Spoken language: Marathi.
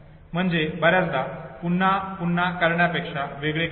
म्हणजे हे बर्याचदा पुन्हा पुन्हा करण्यापेक्षा वेगळे काही नाही